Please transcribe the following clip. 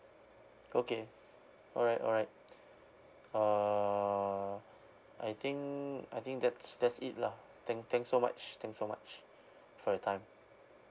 okay all right all right uh I think I think that's that's it lah thank thanks so much thanks so much for your time